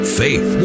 faith